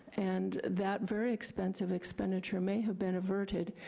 and that very expensive expenditure may have been averted,